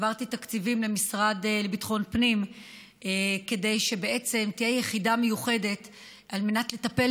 העברתי תקציבים למשרד לביטחון פנים כדי שתהיה יחידה מיוחדת לטפל